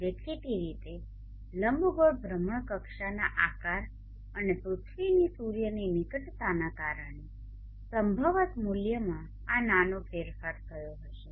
દેખીતી રીતે લંબગોળ ભ્રમણકક્ષાના આકાર અને પૃથ્વીની સૂર્યની નિકટતાના કારણે સંભવત મૂલ્યમાં આ નાનો ફેરફાર થયો હશે